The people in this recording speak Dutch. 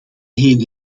heen